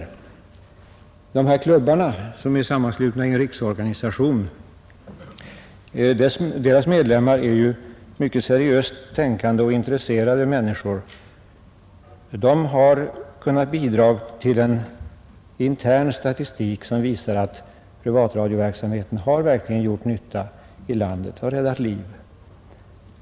Medlemmarna i de klubbar som finns på området och som är sammanslutna i en riksorganisation är ju mycket seriöst tänkande och intresserade människor. De har kunnat bidra till en intern statistik som visar att privatradioverksamheten verkligen har gjort nytta i landet och räddat liv.